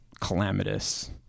calamitous